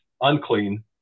unclean